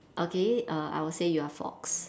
okay uh I would say you are a fox